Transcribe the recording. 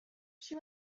she